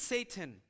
Satan